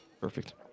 Perfect